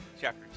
chapter